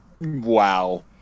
wow